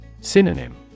Synonym